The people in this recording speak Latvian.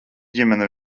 ģimene